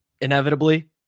Inevitably